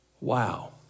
Wow